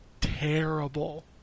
terrible